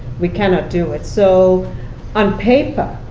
we cannot do it. so on paper,